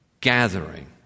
gathering